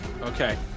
Okay